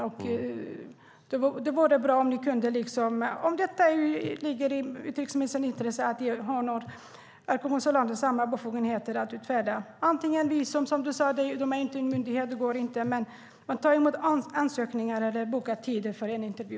Det vore bra om utrikesministern kunde ge honorärkonsulaten samma befogenheter. De är inte en myndighet och kan därför inte utfärda visum, men de kanske kunde ta emot ansökningar eller boka tid för en intervju.